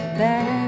back